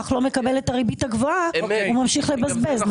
לא מקבל את הריבית הגבוהה הוא ממשיך לבזבז.